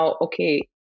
okay